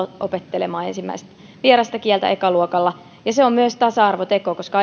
opettelemaan ensimmäistä vierasta kieltä jo ekaluokalla se on myös tasa arvoteko koska